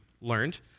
learned